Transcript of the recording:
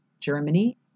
Germany